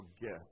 gift